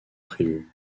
prévu